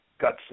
got